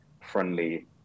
friendly